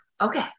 Okay